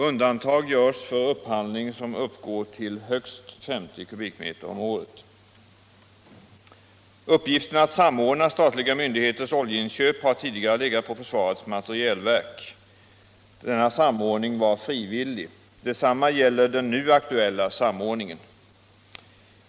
Undantag görs för upphandling som uppgår till högst 50 kubikmeter om året. Uppgiften att samordna statliga myndigheters oljeinköp har tidigare legat på försvarets materielverk. Denna samordning var frivillig. Detsamma gäller den nu aktuella samordningen.